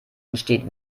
entsteht